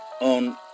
on